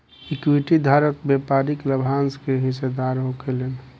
equity धारक व्यापारिक लाभांश के हिस्सेदार होखेलेन